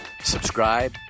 subscribe